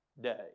day